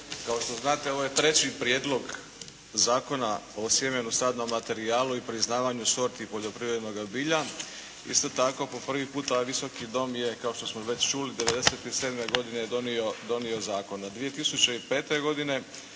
Kao što znate ovo je treći Prijedlog zakona o sjemenu, sadnom materijalu i priznavanju sorti poljoprivrednoga bilja. Isto tako po prvi puta ovaj Visoki dom je kao što smo već čuli '97. godine donio zakon, a 2005. godine